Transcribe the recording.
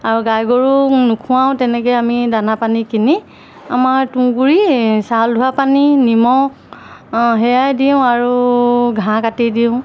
আৰু গাই গৰু নোখোৱাও তেনেকে আমি দানা পানী কিনি আমাৰ তুঁহগুৰি চাউল ধোৱা পানী নিমখ সেয়াই দিওঁ আৰু ঘাঁহ কাটি দিওঁ